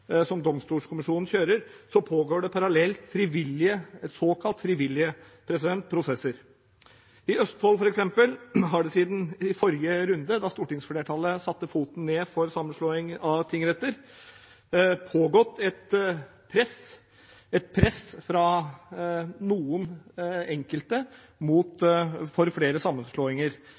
som Domstolkommisjonen kjører, pågår det såkalt frivillige prosesser. I Østfold, f.eks., har det siden forrige runde, da stortingsflertallet satte foten ned for sammenslåing av tingretter, pågått et press fra enkelte for flere sammenslåinger,